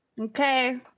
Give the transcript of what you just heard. okay